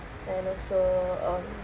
and also um